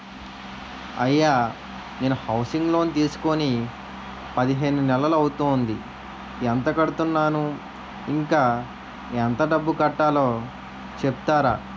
అయ్యా నేను housing loan తీసుకొని పదిహేను నెలలు అవుతోందిఎంత కడుతున్నాను, ఇంకా ఎంత డబ్బు కట్టలో చెప్తారా?